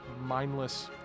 mindless